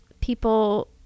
people